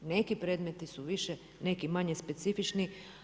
Neki predmeti su više, neki manje specifični.